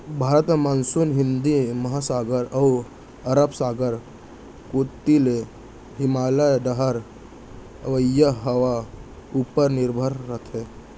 भारत म मानसून हिंद महासागर अउ अरब सागर कोती ले हिमालय डहर अवइया हवा उपर निरभर रथे